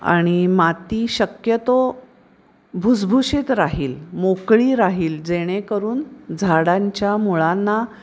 आणि माती शक्यतो भुसभुशीत राहील मोकळी राहील जेणेकरून झाडांच्या मुळांना